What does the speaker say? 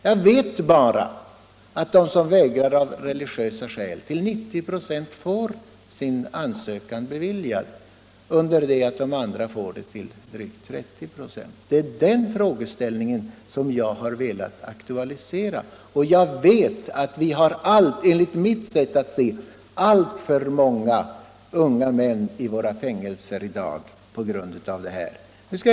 Jag vet bara att de som vägrar av religiösa skäl till 90 "+ får sin ansökan beviljad under det att de andra får det till drygt 30 96. Det är den frågeställningen som jag har velat aktualisera. Vi har enligt mitt sätt att se alltför många unga män i våra fängelser i dag på grund av nuvarande ordning.